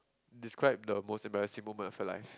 describe the most embarrassing moment of your life